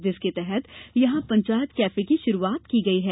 जिसके तहत यहां पंचायत कैफे की शुरुवात की गई है